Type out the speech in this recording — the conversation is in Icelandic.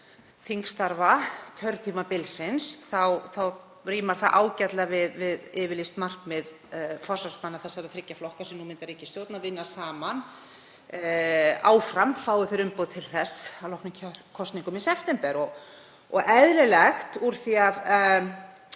þingstarfa kjörtímabilsins þá rímar það ágætlega við yfirlýst markmið forsvarsmanna þessara þriggja flokka sem nú mynda ríkisstjórn að vinna saman áfram fái þeir umboð til þess að loknum kosningum í september og eðlilegt úr því að